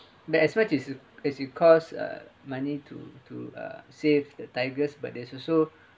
they expects is is you cost uh money to to uh save the tigers but there's also